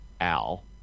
Al